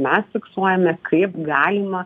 mes fiksuojame kaip galima